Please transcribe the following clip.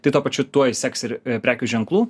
tai tuo pačiu tuoj seks ir prekių ženklų